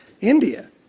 India